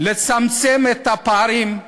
לצמצם את הפערים,